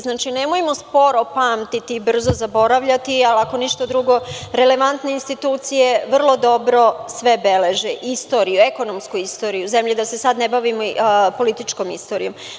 Znači, nemojmo sporo pamtiti i brzo zaboravljati, jer, ako ništa drugo, relevantne institucije sve beleže, istoriju, ekonomsku istoriju zemlje, da se sada ne bavimo političkom istorijom.